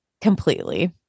completely